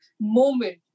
moment